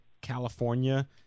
California